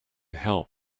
help